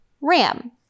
Ram